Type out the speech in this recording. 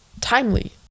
timely